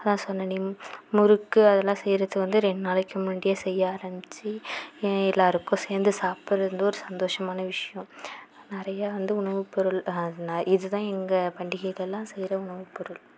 அதுதான் சொன்னேனே முறுக்கு அதுலாம் செய்கிறதுக்கு வந்து ரெண்டு நாளைக்கு முன்னாடியே செய்ய ஆரம்பிச்சி ஏ எல்லாருக்கும் சேர்ந்து சாப்பிடுறது வந்து ஒரு சந்தோஷமான விஷயம் நிறையா வந்து உணவு பொருள் அது இதுதான் எங்கள் பண்டிகைக்கெல்லாம் செய்கிற உணவு பொருள்